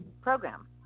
program